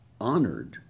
honored